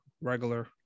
regular